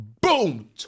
Boom